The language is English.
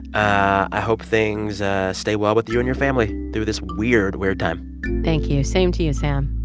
i hope things ah stay well with you and your family through this weird, weird time thank you. same to you, sam